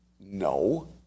No